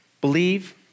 Believe